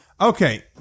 okay